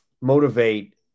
motivate